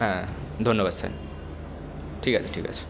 হ্যাঁ ধন্যবাদ স্যার ঠিক আছে ঠিক আছে